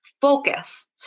focus